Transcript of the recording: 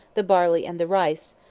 the barley, and the rice,